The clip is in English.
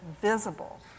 visible